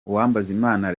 uwambazimana